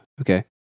okay